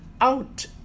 out